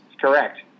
Correct